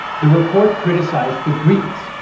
the report criticized the greeks,